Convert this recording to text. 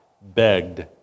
begged